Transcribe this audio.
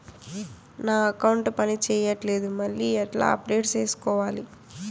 నా అకౌంట్ పని చేయట్లేదు మళ్ళీ ఎట్లా అప్డేట్ సేసుకోవాలి?